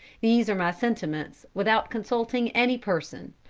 these are my sentiments without consulting any person.